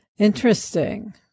Interesting